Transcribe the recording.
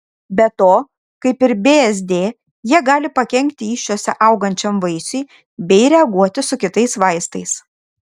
be to kaip ir bzd jie gali pakenkti įsčiose augančiam vaisiui bei reaguoti su kitais vaistais